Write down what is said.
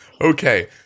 Okay